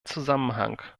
zusammenhang